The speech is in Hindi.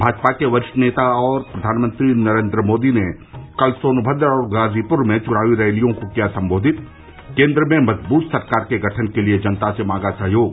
भाजपा के वरिष्ठ नेता और प्रधानमंत्री नरेन्द्र मोदी ने कल सोनभद्र और गाजीपुर में चुनावी रैलियों को किया संबोधित केन्द्र में मजबूत सरकार के गठन के लिये जनता से मांगा सहयोग